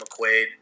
McQuaid